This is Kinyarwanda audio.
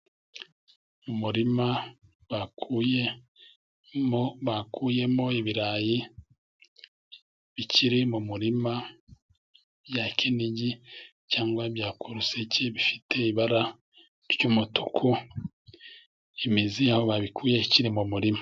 Umurima bakuyemo, bakuyemo ibirayi bikiri mu murima bya Kinigi cyangwa bya Kuruseke, bifite ibara ry'umutuku. Imizi y'aho babikuye ikiri mu murima.